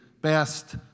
best